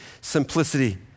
simplicity